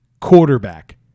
quarterback